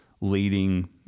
leading